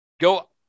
Go